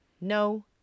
no